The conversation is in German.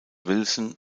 wilson